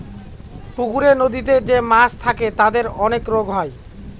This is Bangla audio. পুকুরে, নদীতে যে মাছ থাকে তাদের অনেক রোগ হয়